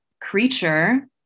creature